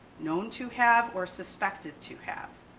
known to have or suspected to have,